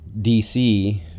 DC